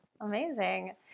Amazing